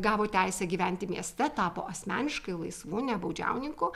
gavo teisę gyventi mieste tapo asmeniškai laisvu ne baudžiauninku